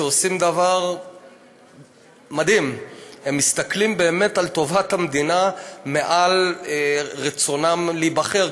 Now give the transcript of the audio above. שעושים דבר מדהים: הם מסתכלים על טובת המדינה מעל רצונם להיבחר,